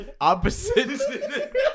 opposite